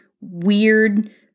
weird